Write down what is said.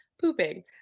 pooping